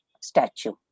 statue